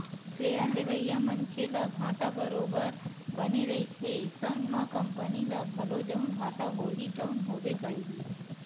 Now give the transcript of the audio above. share लेवइया मनखे ल घाटा बरोबर बने रहिथे संग म कंपनी ल घलो जउन घाटा होही तउन होबे करही